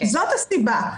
זאת הסיבה.